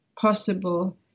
possible